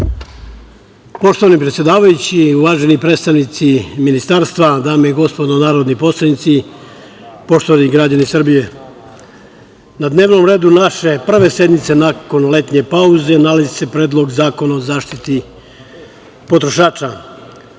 Poštovani predsedavajući, uvaženi predstavnici Ministarstva, dame i gospodo narodni poslanici, poštovani građani Srbije na dnevnom redu naše prve sednice nakon letnje pauze nalazi se Predlog zakona o zaštiti potrošača. Na